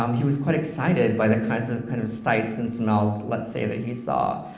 um he was quite excited by the kind of kind of sights and smells, let's say, that he saw.